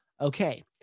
Okay